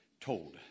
told